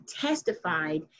testified